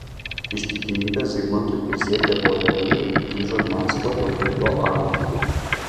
ištikimybę zigmantui prisiekę bojarinai grįžo į maskvą jau kaip jo agentai